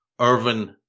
Irvin